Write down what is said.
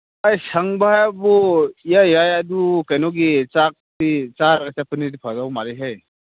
ꯑꯩ ꯁꯪꯕ ꯍꯥꯏꯕꯨ ꯏꯌꯥ ꯌꯥꯏ ꯑꯗꯨ ꯀꯩꯅꯣꯒꯤ ꯆꯥꯛꯇꯤ ꯆꯥꯔꯒ ꯆꯠꯄꯅꯗꯤ ꯐꯗꯧ ꯃꯥꯜꯂꯤꯍꯦ